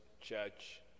church